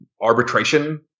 arbitration